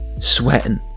sweating